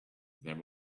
there